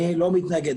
אני לא מתנגד,